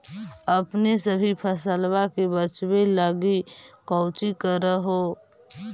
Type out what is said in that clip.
अपने सभी फसलबा के बच्बे लगी कौची कर हो?